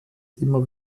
immer